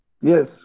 Yes